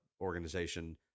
organization